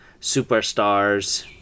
Superstars